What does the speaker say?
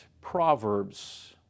Proverbs